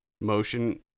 motion